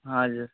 हजुर